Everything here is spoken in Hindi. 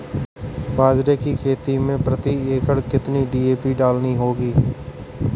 बाजरे की खेती में प्रति एकड़ कितनी डी.ए.पी डालनी होगी?